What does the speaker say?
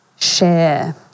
share